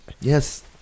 Yes